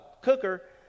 cooker